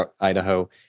Idaho